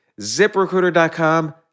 ZipRecruiter.com